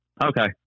Okay